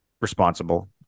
Responsible